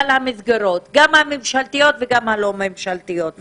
המסגרות גם הממשלתיות וגם הלא ממשלתיות,